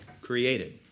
created